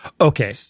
Okay